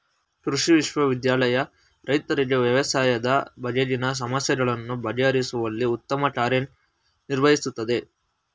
ಕೃಷಿ ವಿಶ್ವವಿದ್ಯಾನಿಲಯ ರೈತರಿಗೆ ವ್ಯವಸಾಯದ ಬಗೆಗಿನ ಸಮಸ್ಯೆಗಳನ್ನು ಬಗೆಹರಿಸುವಲ್ಲಿ ಉತ್ತಮ ಕಾರ್ಯ ನಿರ್ವಹಿಸುತ್ತಿದೆ